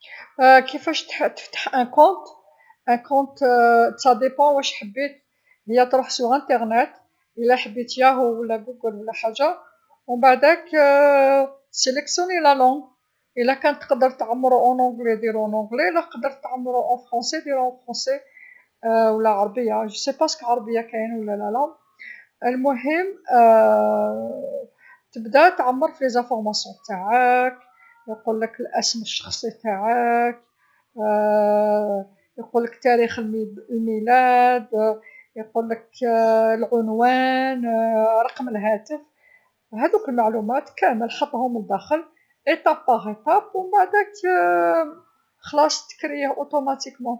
كيفاش تفتح حساب، حساب على حسب واش حبيت، هي تروح في الإنترنت و لا حبيت ياهو و لا غوجل و لا حاجه، منبعد إختار اللغه، إلا كان تقدر تعمرو بالإنجليزي ديرو بالإنجليزي و إلا تقدر تعمرو بالفرنسي ديرو بالفرنسي و لا عربيه، معلاباليش إذا العربيه كاين و لا لالا، المهم تبدا تعمر في معلومات تاعك و يقولك الإسم الشخصي نتاعك يقولك تاريخ المي- الميلاد، يقولك العنوان، رقم الهاتف، هاذوك المعلومات كامل حطهم الداخل، خطوه بخطوه، منبعد خلاصت تكريا تلقائيا.